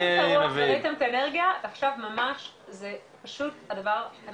ראיתם את האנרגיה עכשיו ממש זה פשוט הדבר שאני